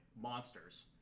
monsters